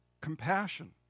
compassion